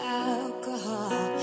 alcohol